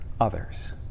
others